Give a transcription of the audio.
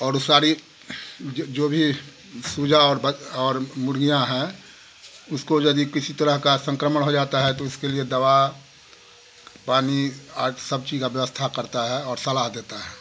और सारी जो भी सुजा और बत्तख और मुर्ग़ियाँ हैं उसको यदि किसी तरह का संक्रमण हो जाता है तो उसके लिए दवा पानी और सब चीज़ की व्यवस्था करता है और सलाह देता है